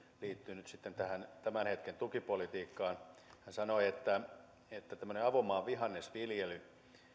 liittyy nyt sitten tähän tämän hetken tukipolitiikkaan hän sanoi että että tämmöinen avomaavihannesviljely